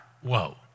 Whoa